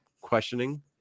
questioning